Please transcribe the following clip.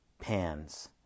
pans